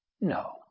No